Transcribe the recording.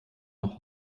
noch